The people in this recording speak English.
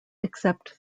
except